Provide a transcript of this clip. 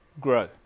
grow